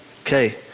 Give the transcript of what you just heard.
Okay